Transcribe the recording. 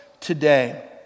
today